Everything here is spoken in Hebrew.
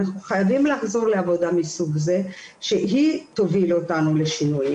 אנחנו חייבים לחזור לעבודה מסוג זה שהיא תוביל אותנו לשינוי,